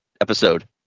episode